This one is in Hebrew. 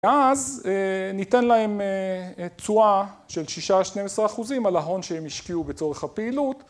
ואז ניתן להם תשואה של 6-12% על ההון שהם השקיעו בצורך הפעילות.